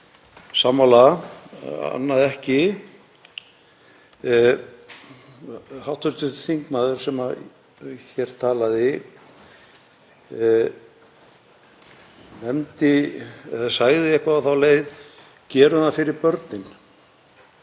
sammála en öðru ekki. Hv. þingmaður sem hér talaði sagði eitthvað á þá leið: Gerum það fyrir börnin.